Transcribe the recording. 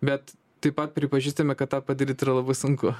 bet taip pat pripažįstame kad tą padaryt yra labai sunku